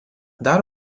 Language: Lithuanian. dar